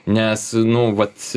nes nu vat